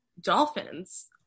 dolphins